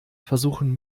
versuchten